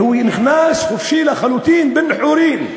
והוא נכנס חופשי לחלוטין, בן-חורין.